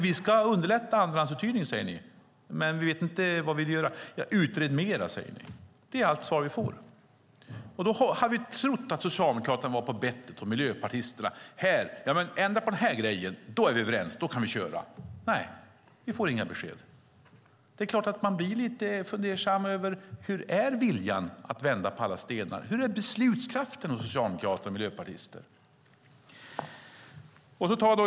Vi ska underlätta andrahandsuthyrning, men vi vet inte vad vi vill göra. Utred mer! Det är allt svar vi får. Här har vi trott att socialdemokraterna och miljöpartisterna var på bettet här, att de skulle säga: Ändra på det här, då är vi överens och kan köra. Men, nej, vi får inga besked. Det är klart att man blir lite fundersam över hur viljan är att vända på alla stenar och hur beslutskraften är hos socialdemokrater och miljöpartister.